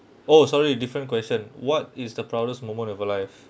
oh sorry different question what is the proudest moment of your life